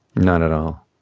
not at all.